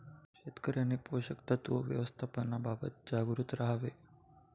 शेतकऱ्यांनी पोषक तत्व व्यवस्थापनाबाबत जागरूक राहावे